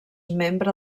membre